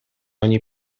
ogni